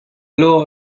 lower